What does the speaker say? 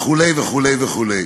וכו' וכו'